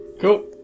cool